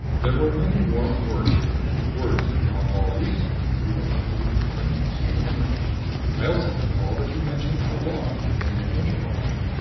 there were many warm words for me words beyond all reason in view of my brief acquaintance with enwright. i also recall that he mentioned how long he had been in interlaken,